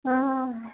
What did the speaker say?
آ آ